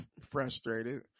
frustrated